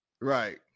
Right